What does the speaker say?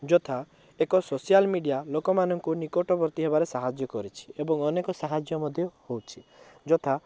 ଯଥା ଏକ social media ଲୋକମାନଙ୍କୁ ନିକଟବର୍ତ୍ତୀ ହେବାରେ ସାହାଯ୍ୟ କରୁଛି ଏବଂ ଅନେକ ସାହାଯ୍ୟ ମଧ୍ୟ ହଉଛି ଯଥା